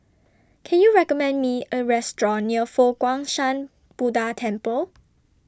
Can YOU recommend Me A Restaurant near Fo Guang Shan Buddha Temple